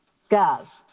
gov.